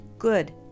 good